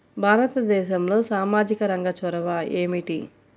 భారతదేశంలో సామాజిక రంగ చొరవ ఏమిటి?